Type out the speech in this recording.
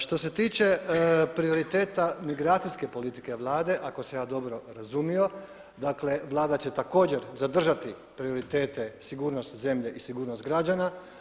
Što se tiče prioriteta migracijske politike Vlade, ako sam ja dobro razumio dakle Vlada će također zadržati prioritete sigurnosti zemlje i sigurnost građana.